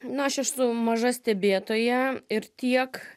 na aš esu maža stebėtoja ir tiek